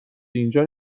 اینجا